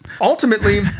ultimately